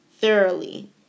thoroughly